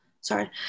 Sorry